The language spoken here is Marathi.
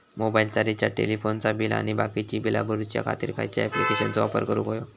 मोबाईलाचा रिचार्ज टेलिफोनाचा बिल आणि बाकीची बिला भरूच्या खातीर खयच्या ॲप्लिकेशनाचो वापर करूक होयो?